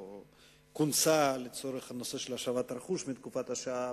או כונסה לצורך הנושא של השבת הרכוש מתקופת השואה,